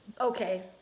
okay